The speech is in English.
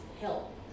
help